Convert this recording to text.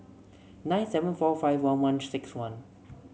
nine seven four five one one six one